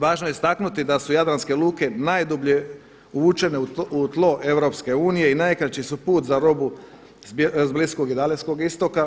Važno je istaknuti da su jadranske luke najdublje uvučene u tlo Europske unije i najkraći su put za robu s Bliskog i Dalekog istoka.